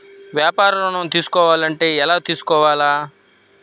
వ్యాపార ఋణం తీసుకోవాలంటే ఎలా తీసుకోవాలా?